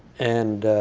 and